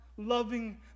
Loving